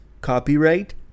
Copyright